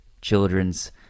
children's